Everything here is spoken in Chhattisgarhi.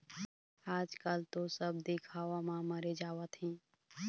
आजकल तो सब दिखावा म मरे जावत हें